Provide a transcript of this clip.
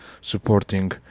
supporting